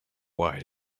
why